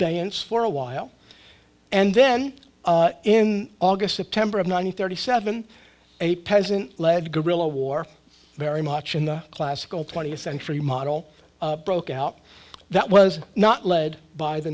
yance for a while and then in august september of ninety thirty seven a peasant led guerrilla war very much in the classical twentieth century model broke out that was not led by the